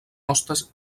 hostes